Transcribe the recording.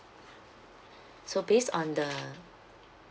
so based on the